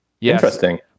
interesting